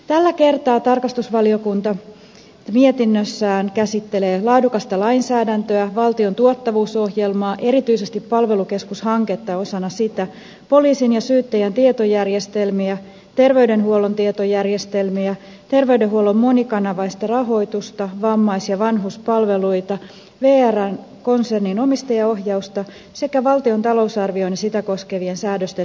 tällä kertaa tarkastusvaliokunta mietinnössään käsittelee laadukasta lainsäädäntöä valtion tuottavuusohjelmaa erityisesti palvelukeskushanketta osana sitä poliisin ja syyttäjän tietojärjestelmiä terveydenhuollon tietojärjestelmiä terveydenhuollon monikanavaista rahoitusta vammais ja vanhuspalveluita vrn konsernin omistajaohjausta sekä valtion talousarvion ja sitä koskevien säädösten noudattamista